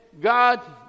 God